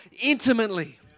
intimately